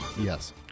Yes